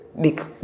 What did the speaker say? big